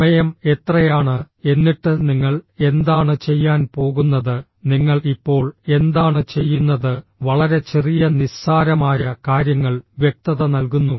സമയം എത്രയാണ് എന്നിട്ട് നിങ്ങൾ എന്താണ് ചെയ്യാൻ പോകുന്നത് നിങ്ങൾ ഇപ്പോൾ എന്താണ് ചെയ്യുന്നത് വളരെ ചെറിയ നിസ്സാരമായ കാര്യങ്ങൾ വ്യക്തത നൽകുന്നു